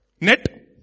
net